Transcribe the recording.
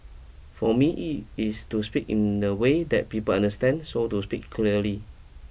for me it's to speak in a way that people understand so to speak clearly